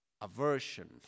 aversion